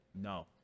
No